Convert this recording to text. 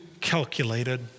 calculated